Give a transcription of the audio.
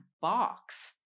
box